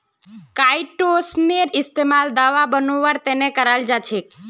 काईटोसनेर इस्तमाल दवा बनव्वार त न कराल जा छेक